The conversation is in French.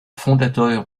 fondateur